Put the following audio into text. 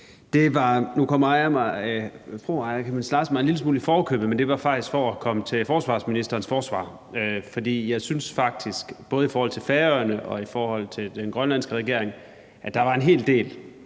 Larsen mig en lille smule i forkøbet, men det var faktisk for at komme til forsvarsministerens forsvar. For jeg synes faktisk, både i forhold til Færøerne og i forhold til den grønlandske regering, at der var en hel del